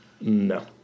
No